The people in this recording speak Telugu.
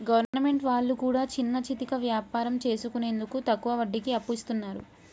గవర్నమెంట్ వాళ్లు కూడా చిన్నాచితక వ్యాపారం చేసుకునేందుకు తక్కువ వడ్డీకి అప్పు ఇస్తున్నరు